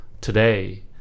today